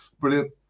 Brilliant